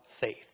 faith